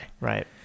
right